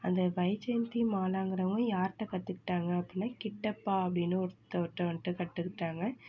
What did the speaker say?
அந்த வைஜெயந்தி மாலாங்கிறவங்க யார்கிட்ட கற்றுக்கிட்டாங்க அப்படின்னா கிட்டப்பா அப்படின்னு ஒருத்தவர்கிட்ட வந்துட்டு கற்றுக்கிட்டாங்க